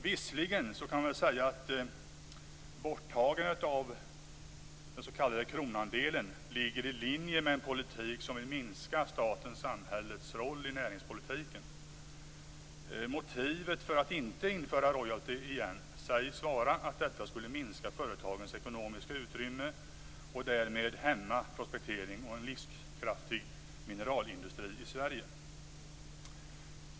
Visserligen kan man säga att borttagandet av den s.k. kronandelen ligger i linje med en politik som vill minska statens och samhällets roll i näringspolitiken. Motivet för att inte införa royalty igen sägs vara att detta skulle minska företagens ekonomiska utrymme och därmed hämma prospektering och en livskraftig mineralindustri i Sverige.